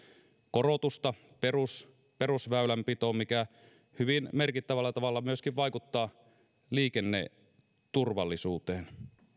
korotusta perusväylänpitoon mikä hyvin merkittävällä tavalla myöskin vaikuttaa liikenneturvallisuuteen